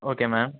okay ma'am